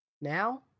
now